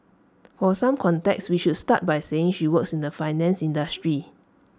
for some context we should start by saying she works in the finance industry